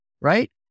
right